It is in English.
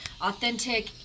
authentic